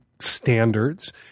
standards